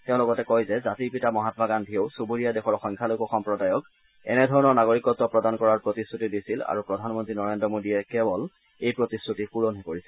তেওঁ লগতে কয় যে জাতিৰ পিতা মহাম্মা গান্ধীয়েও চুবুৰীয়া দেশৰ সংখ্যালঘু সম্প্ৰদায়ক এনেধৰণৰ নাগৰিকত্ব প্ৰদান কৰাৰ প্ৰতিশ্ৰুতি দিছিল আৰু প্ৰধানমন্নী নৰেন্দ্ৰ মোদীয়ে কেৱল এই প্ৰতিশ্ৰুতি পূৰণহে কৰিছে